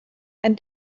ein